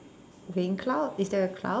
rain cloud is there a cloud